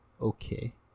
okay